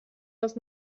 das